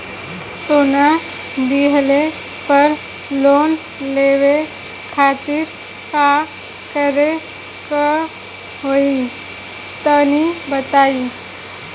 सोना दिहले पर लोन लेवे खातिर का करे क होई तनि बताई?